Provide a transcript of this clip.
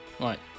Right